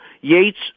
Yates